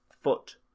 foot